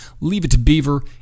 Leave-it-to-beaver